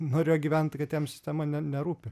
norėjo gyvent kad jam sistema ne nerūpi